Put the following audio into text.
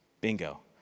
Bingo